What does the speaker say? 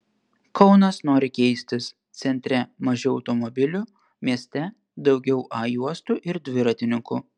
kaunas nori keistis centre mažiau automobilių mieste daugiau a juostų ir dviratininkų